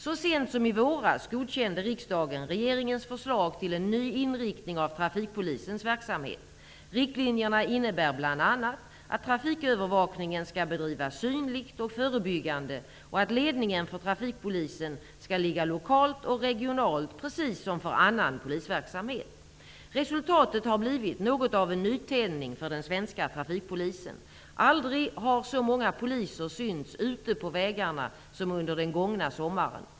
Så sent som i våras godkände riksdagen regeringens förslag till en ny inriktning av trafikpolisens verksamhet. Riktlinjerna innebär bl.a. att trafikövervakningen skall bedrivas synligt och förebyggande och att ledningen för trafikpolisen skall ligga lokalt och regionalt precis som för annan polisverksamhet. Resultatet har blivit något av en nytändning för den svenska trafikpolisen. Aldrig har så många poliser synts ute på vägarna som under den gångna sommaren.